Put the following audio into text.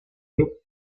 club